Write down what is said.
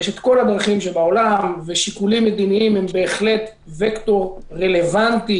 יש את כל הדרכים שבעולם ושיקולים מדיניים הם בהחלט וקטור רלוונטי.